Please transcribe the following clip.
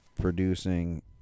producing